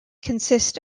consists